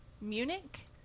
Munich